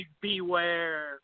beware